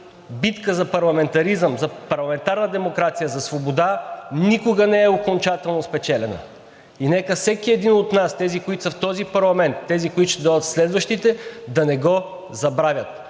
битка за парламентаризъм, за парламентарна демокрация, за свобода никога не е окончателно спечелена. Нека всеки един от нас – тези, които са в този парламент, тези, които ще дойдат, следващите, да не го забравят.